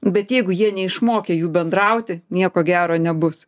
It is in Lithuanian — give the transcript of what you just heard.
bet jeigu jie neišmokė jų bendrauti nieko gero nebus